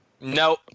No